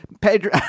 Pedro